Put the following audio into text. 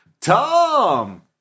Tom